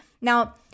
Now